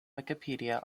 wikipedia